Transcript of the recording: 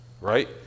right